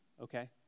okay